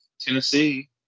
Tennessee